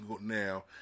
now